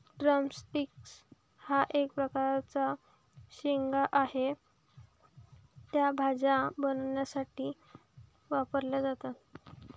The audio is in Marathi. ड्रम स्टिक्स हा एक प्रकारचा शेंगा आहे, त्या भाज्या बनवण्यासाठी वापरल्या जातात